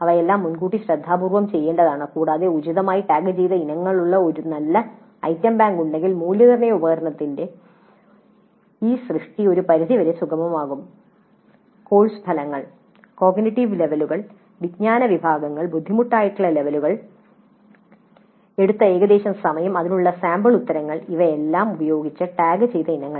ഇവയെല്ലാം മുൻകൂട്ടി ശ്രദ്ധാപൂർവ്വം ചെയ്യേണ്ടതാണ് കൂടാതെ ഉചിതമായ ടാഗുചെയ്ത ഇനങ്ങളുള്ള ഒരു നല്ല ഐറ്റം ബാങ്ക് ഉണ്ടെങ്കിൽ മൂല്യനിർണ്ണയ ഉപകരണത്തിന്റെ ഈ സൃഷ്ടി ഒരു പരിധി വരെ സുഗമമാകും കോഴ്സ് ഫലങ്ങൾ കോഗ്നിറ്റീവ് ലെവലുകൾ വിജ്ഞാന വിഭാഗങ്ങൾ ബുദ്ധിമുട്ടുള്ള ലെവലുകൾ എടുത്ത ഏകദേശ സമയം അതിനുള്ള സാമ്പിൾ ഉത്തരങ്ങൾ എന്നിവ ഉപയോഗിച്ച് ടാഗുചെയ്ത ഇനങ്ങൾ